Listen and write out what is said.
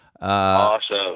Awesome